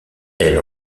elle